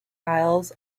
aisles